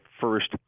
first